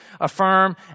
affirm